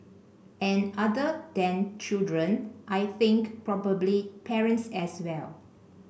and other than children I think probably parents as well